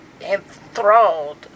enthralled